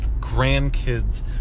grandkids